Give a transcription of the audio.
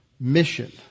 mission